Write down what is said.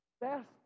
best